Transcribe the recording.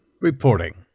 reporting